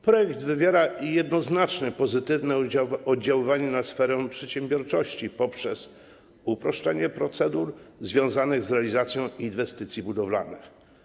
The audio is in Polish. Projekt wywiera jednoznacznie pozytywny wpływ na sferę przedsiębiorczości poprzez uproszczenie procedur związanych z realizacją inwestycji budowlanych.